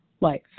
life